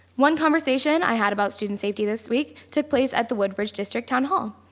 one conversation i had about student safety this week took place at the wood bridge district town hall.